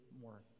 more